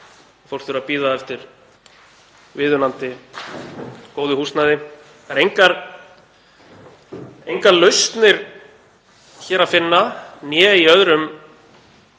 fólk þurfi að bíða eftir viðunandi góðu húsnæði. Það eru engar lausnir hér að finna, né í öðrum